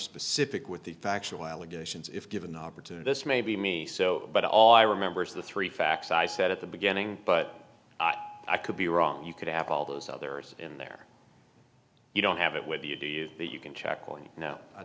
specific with the factual allegations if given the opportunity this may be me so but all i remember is the three facts i said at the beginning but i could be wrong you could have all those others in there you don't have it with you do you that you can check on you know i